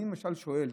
אני למשל שואל,